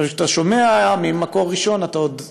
עכשיו, כשאתה שומע ממקור ראשון, אתה עוד,